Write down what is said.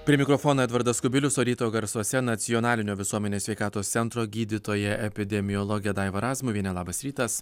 prie mikrofono edvardas kubilius o ryto garsuose nacionalinio visuomenės sveikatos centro gydytoja epidemiologė daiva razmuvienė labas rytas